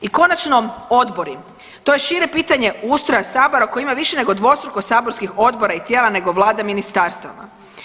I konačno odbori, to je šire pitanje ustroja sabora koje ima više nego saborskih odbora i tijela nego vlada ministarstava.